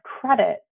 credit